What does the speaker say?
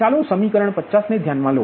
ચાલો સમીકરણ 50 ને ધ્યાનમાં લો